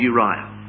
Uriah